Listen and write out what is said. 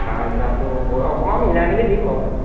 পাঁচ হেজাৰটো গৈ অকমান মিলাই মেলি দিম বাৰু